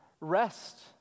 rest